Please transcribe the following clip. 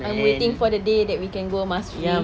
I'm waiting for the day that we can go mask-free